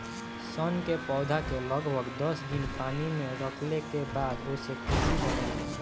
सन के पौधा के लगभग दस दिन पानी में रखले के बाद ओसे कुछू बनेला